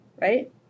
right